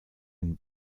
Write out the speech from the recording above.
mit